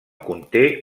conté